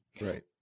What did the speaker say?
Right